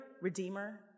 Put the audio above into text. redeemer